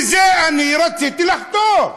לזה אני רציתי לחתור.